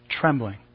trembling